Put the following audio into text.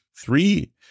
Three